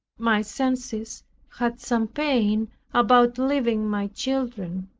my senses had some pain about leaving my children.